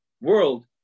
world